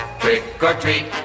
trick-or-treat